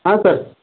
ಹಾಂ ಸರ್